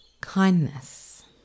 Kindness